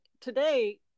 today